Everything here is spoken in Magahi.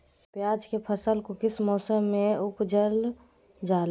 प्याज के फसल को किस मौसम में उपजल जाला?